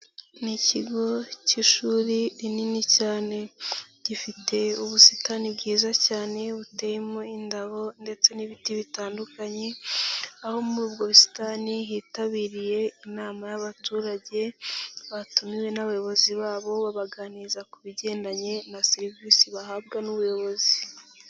Ni ikigo k'ishuri rinini cyane gifite ubusitani bwiza cyane buteyemo indabo ndetse n'ibiti bitandukanye aho mu busitani hitabiriye inama y'abaturage batumiwe n'abayobozi babo babaganiriza ku bigendanye na serivisi bahabwa n'ubuyobozi.